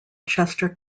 chester